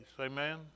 Amen